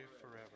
forever